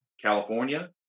California